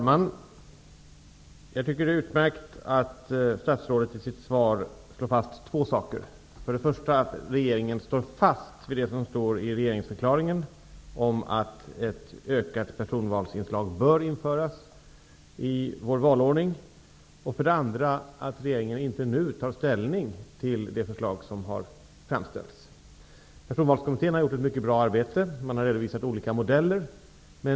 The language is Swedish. Herr talman! Det är utmärkt att statsrådet i sitt svar slår fast två saker, för det första att regeringen står fast vid det som står i regeringsförklaringen om att ett ökat personvalsinslag bör införas i vår valordning och för det andra att regeringen inte nu tar ställning till det förslag som har framställts. Personvalskommittén har gjort ett mycket bra arbete. Man har redovisat olika modeller.